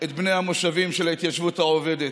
את בני המושבים של ההתיישבות העובדת,